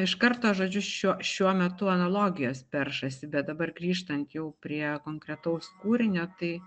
iš karto žodžiu šiuo šiuo metu analogijos peršasi bet dabar grįžtant jau prie konkretaus kūrinio tai